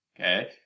Okay